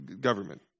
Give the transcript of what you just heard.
government